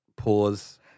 Pause